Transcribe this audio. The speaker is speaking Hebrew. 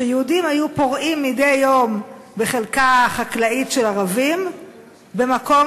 שיהודים היו פורעים מדי יום בחלקה חקלאית של ערבים במקום